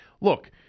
Look